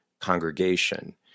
congregation